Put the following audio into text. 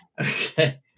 Okay